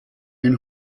ein